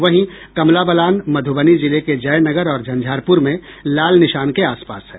वहीं कमला बलान मध्रबनी जिले के जयनगर और झंझारपुर में लाल निशान के आसपास है